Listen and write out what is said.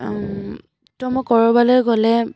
তো মই ক'ৰবালৈ গ'লে